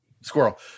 Squirrel